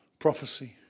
Prophecy